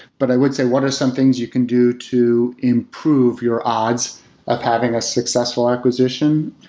but i would say what are some things you can do to improve your odds of having a successful acquisition?